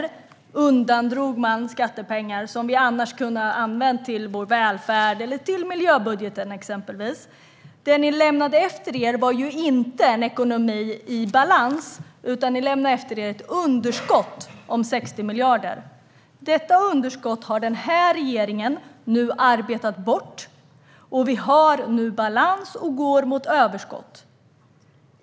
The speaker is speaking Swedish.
Man undandrog pengar som annars hade kunnat användas till vår välfärd eller exempelvis miljöbudgeten. Det ni lämnade efter er var inte en ekonomi i balans, utan ni lämnade efter er ett underskott om 60 miljarder. Detta underskott har den här regeringen arbetat bort, och vi har nu balans och går mot överskott.